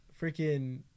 freaking